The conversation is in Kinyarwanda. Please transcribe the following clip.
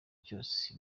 cyose